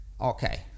Okay